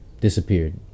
disappeared